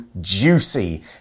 juicy